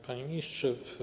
Panie Ministrze!